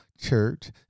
church